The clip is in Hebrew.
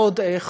ועוד איך.